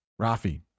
Rafi